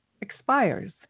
expires